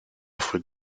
offre